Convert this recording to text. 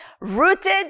Rooted